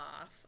off